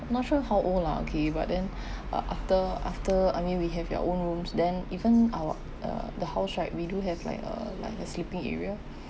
not sure how old lah okay but then (uh)after after I mean we have our own rooms then even our (uh)the house right we do have like a like a sleeping area